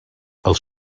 els